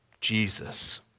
Jesus